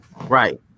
Right